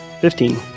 Fifteen